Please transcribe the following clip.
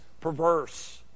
perverse